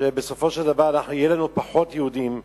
שבסופו של דבר יהיו פחות יהודים בעולם.